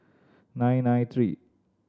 nine nine three